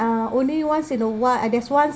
uh only once in a while uh there's once